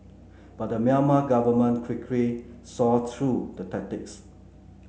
but the Myanmar government quickly saw through the tactics